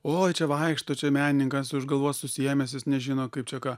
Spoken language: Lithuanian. oi čia vaikšto čia menininkas už galvos susiėmęs jis nežino kaip čia ką